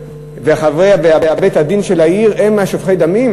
וחברי בית-הדין של העיר הם שופכי הדמים?